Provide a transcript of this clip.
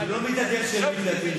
אני לא מתהדר שאין מקלטים.